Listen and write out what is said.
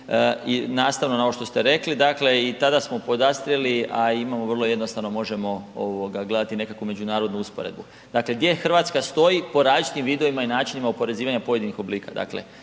i nastavno na ovo što ste rekli, dakle i tada smo podastrijeli, a imamo, vrlo jednostavno možemo ovoga gledati nekakvu međunarodnu usporedbu, dakle, gdje RH stoji po različitim vidovima i načinima oporezivanja pojedinih oblika,